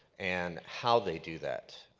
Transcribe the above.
and how they do that.